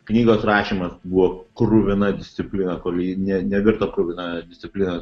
knygos rašymas buvo kruvina disciplina kol ji ne nevirto kruvina disciplina